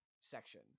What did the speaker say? section